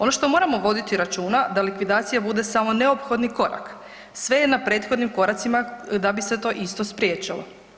Ono što moramo voditi računa da likvidacija bude samo neophodni korak, sve je na prethodnim koracima da bi se to isto spriječilo.